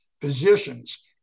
physicians